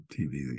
TV